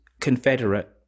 Confederate